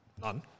None